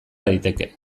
daiteke